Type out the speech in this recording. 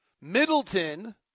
Middleton